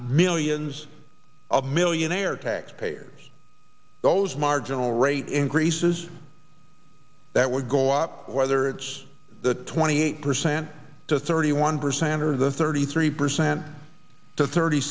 millions of millionaire tax payers those marginal rate increases that would go up whether it's the twenty eight percent to thirty one percent or the thirty three percent to thirty